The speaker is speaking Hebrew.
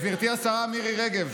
גברתי השרה מירי רגב,